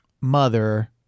mother